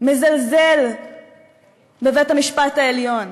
מזלזל בבית-המשפט העליון,